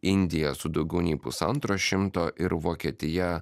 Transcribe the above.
indija su daugiau nei pusantro šimto ir vokietija